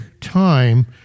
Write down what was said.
time